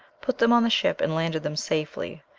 put them on the ship, and landed them safely,